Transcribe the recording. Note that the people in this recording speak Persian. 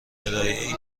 ارائهای